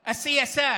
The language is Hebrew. החיסונים?